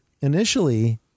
initially